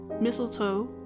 mistletoe